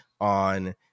on